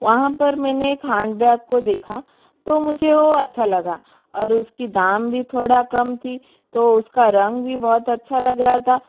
वहाँ पर मैंने एक हांड बेग को देखा तो मुझे अच्छा लगा और उसकी दाम भी थोड़ा कम थी तो उसका रंग भी बहुत अच्छा लग रहा था